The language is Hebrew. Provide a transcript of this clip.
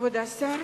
כבוד השר,